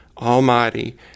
almighty